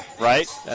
right